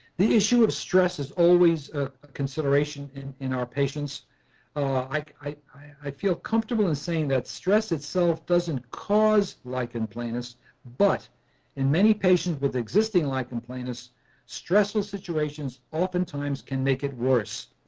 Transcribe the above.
the issue of stress is always a consideration in in our patients oh i i feel comfortable in saying that stress itself doesn't cause lichen planus but in many patients with existing lichen planus stressful situations often times can make it worse.